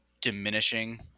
diminishing